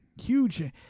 Huge